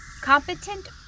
Competent